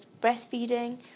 breastfeeding